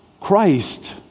Christ